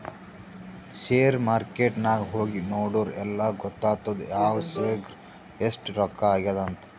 share market ನಾಗ್ ಹೋಗಿ ನೋಡುರ್ ಎಲ್ಲಾ ಗೊತ್ತಾತ್ತುದ್ ಯಾವ್ ಶೇರ್ಗ್ ಎಸ್ಟ್ ರೊಕ್ಕಾ ಆಗ್ಯಾದ್ ಅಂತ್